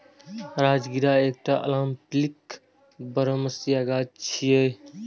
राजगिरा एकटा अल्पकालिक बरमसिया गाछ छियै